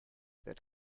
that